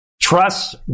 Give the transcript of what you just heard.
Trust